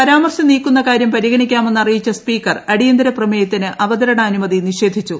പരാമർശം നീക്കുന്ന കാര്യം പരിഗണിക്കാമെന്ന് അറിയിച്ചു സ്പീക്കർ അടിയന്തര പ്രമേയത്തിന് അവതരണാനുമതി നിഷേധിച്ചു